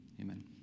Amen